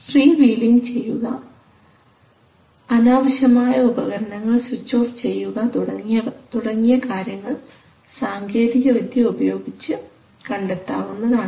freewheeling ചെയ്യുക അനാവശ്യമായ ഉപകരണങ്ങൾ സ്വിച്ച് ഓഫ് ചെയ്യുക തുടങ്ങിയ കാര്യങ്ങൾ സാങ്കേതികവിദ്യ ഉപയോഗിച്ച് കണ്ടെത്താവുന്നതാണ്